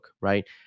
right